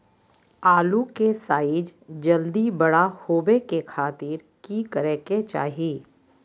आलू के साइज जल्दी बड़ा होबे के खातिर की करे के चाही?